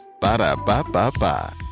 Ba-da-ba-ba-ba